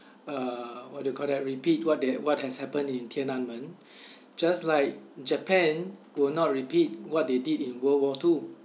uh what do you call that repeat what has happened in 天安门 just like japan will not repeat what they did in world war two